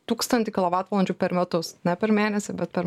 tūkstantį kilovatvalandžių per metus ne per mėnesį bet per